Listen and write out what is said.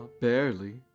barely